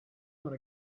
want